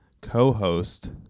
co-host